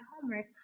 homework